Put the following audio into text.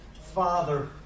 father